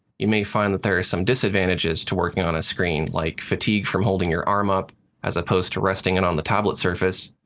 you may find that there are some disadvantages to working on a screen, like fatigue from holding your arm up as opposed to resting it and on the tablet surface,